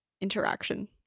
interaction